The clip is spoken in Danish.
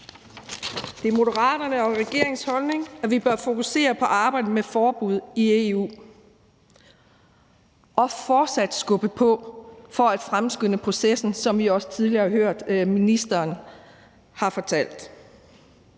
Det er Moderaterne og regeringens holdning, at vi bør fokusere på arbejdet med et forbud i EU og fortsat skubbe på for at fremskynde processen, som vi også tidligere har hørt at ministeren har fortalt.